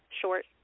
short